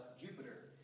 Jupiter